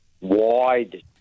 wide